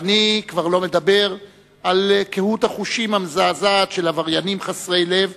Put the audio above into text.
ואני כבר לא מדבר על קהות החושים המזעזעת של עבריינים חסרי לב,